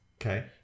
Okay